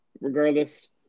Regardless